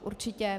Určitě.